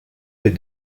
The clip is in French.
les